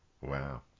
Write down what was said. Wow